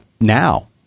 now